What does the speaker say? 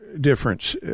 difference